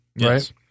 right